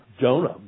Jonah